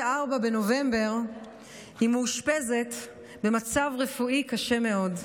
בנובמבר היא מאושפזת במצב רפואי קשה מאוד.